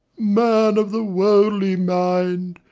man of the worldly mind!